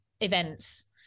events